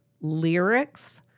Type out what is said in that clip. lyrics